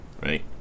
right